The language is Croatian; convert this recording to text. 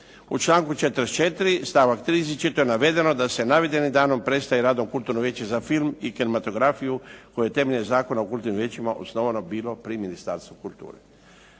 se ne razumije./… navedeno je da se navedenim danom prestaje radom kulturno vijeće za film i kinematografiju koje je temeljem Zakona o kulturnim vijećima osnovano bilo pri Ministarstvu kulture.